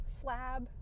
slab